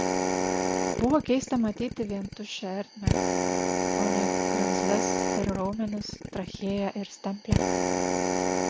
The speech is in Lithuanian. buvo keista matyti vien tuščią ertmę o ne kremzles ir raumenis trachėją ir stemplę